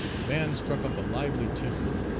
the band struck up a lively tune,